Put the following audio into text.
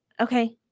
Okay